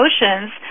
emotions